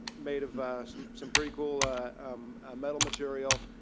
made of some pretty cool metal material,